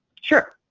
sure